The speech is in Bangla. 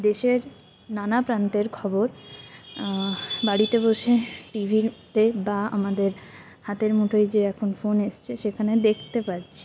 দেশের নানা প্রান্তের খবর বাড়িতে বসে টিভিতে বা আমাদের হাতের মুঠোয় যে এখন ফোন এসছে সেখানে দেখতে পাচ্ছি